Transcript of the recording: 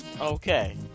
Okay